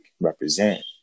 represent